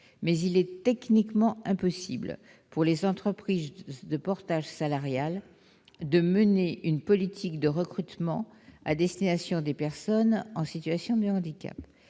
mais il est techniquement impossible pour les entreprises de portage salarial de mener une politique de recrutement à destination des personnes en situation de handicap.